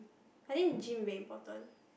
I think gym very important